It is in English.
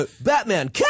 Batman